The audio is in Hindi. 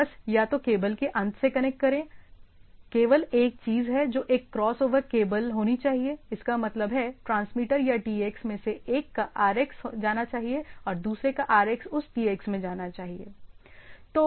बस या तो केबल के अंत से कनेक्ट करें केवल एक चीज है जो एक क्रॉसओवर केबल होनी चाहिए इसका मतलब है ट्रांसमीटर या TX में से एक का RX जाना चाहिए और दूसरे का RX उस TX में जाना चाहिए